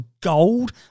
gold